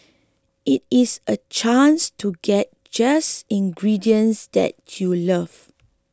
it is a chance to get just ingredients that you love